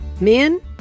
Men